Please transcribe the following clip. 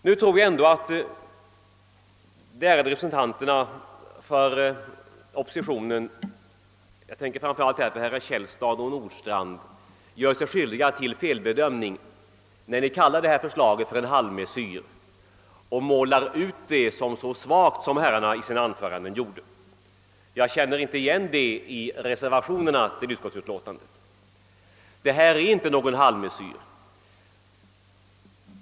Nu tror jag ändå att de ärade representanterna för oppositionen — jag tänker framför allt på herrar Källstad och Nordstrandh — gör sig skyldiga till en felbedömning när de kallar förslaget för en halvmesyr och målar ut det som ett svagt förslag. Jag känner inte igen detta från reservationerna till utskottsutlåtandet. Detta är inte någon halvmesyr.